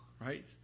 right